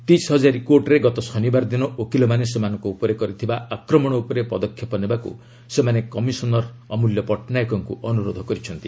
ତିସ୍ ହଜାରୀ କୋର୍ଟ୍ରେ ଗତ ଶନିବାର ଦିନ ଓକିଲମାନେ ସେମାନଙ୍କ ଉପରେ କରିଥିବା ଆକ୍ରମଣ ଉପରେ ପଦକ୍ଷେପ ନେବାକୁ ସେମାନେ କମିଶନର ଅମ୍ବଲ୍ୟ ପଟ୍ଟନାୟକଙ୍କୁ ଅନୁରୋଧ କରିଛନ୍ତି